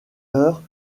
heure